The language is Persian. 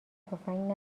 تفنگ